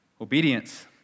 obedience